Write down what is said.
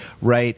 right